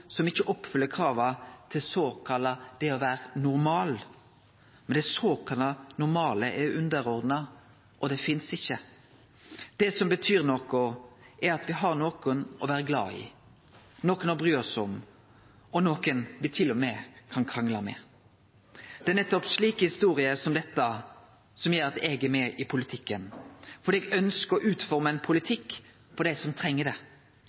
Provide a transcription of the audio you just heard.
som ikkje oppfyller krava til det å vere såkalla normal. Men det såkalla normale er underordna, og det finst ikkje. Det som betyr noko, er at me har nokon å vere glad i, nokon å bry oss om, og til og med nokon me kan krangle med. Det er nettopp slike historier som dette som gjer at eg er med i politikken – fordi eg ønskjer å utforme ein politikk for dei som treng det.